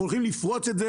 אנחנו הולכים לפרוץ את זה,